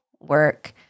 work